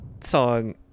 song